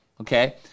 okay